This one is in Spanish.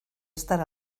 estar